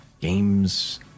games